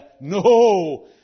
No